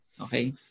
Okay